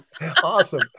Awesome